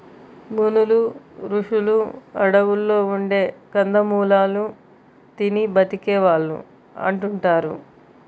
మునులు, రుషులు అడువుల్లో ఉండే కందమూలాలు తిని బతికే వాళ్ళు అంటుంటారు